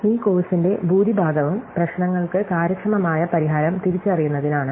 ഈ കോഴ്സിന്റെ ഭൂരിഭാഗവും പ്രശ്നങ്ങൾക്ക് കാര്യക്ഷമമായ പരിഹാരം തിരിച്ചറിയുന്നതിനാണ്